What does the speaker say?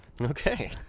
Okay